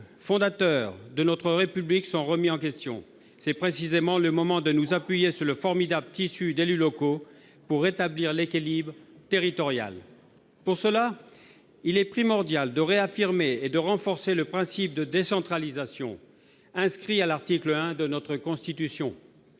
fondateurs de notre République sont remis en question, c'est précisément le moment de nous appuyer sur le formidable tissu d'élus locaux pour rétablir l'équilibre territorial. Pour ce faire, il est primordial de réaffirmer et de renforcer le principe de décentralisation inscrit à l'article premier de notre Constitution.